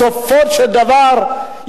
בסופו של דבר,